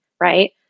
right